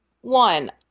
one